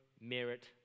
merit